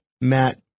Matt